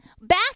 back